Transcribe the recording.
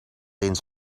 eens